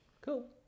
Cool